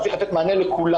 אז צריך לתת מענה לכולם,